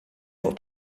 fuq